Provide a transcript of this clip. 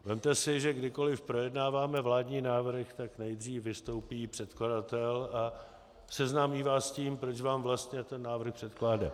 Vezměte si, že kdykoliv projednáváme vládní návrhy, tak nejdřív vystoupí předkladatel a seznámí vás s tím, proč vám vlastně ten návrh předkládá.